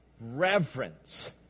Reverence